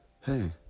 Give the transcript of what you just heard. hey